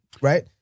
right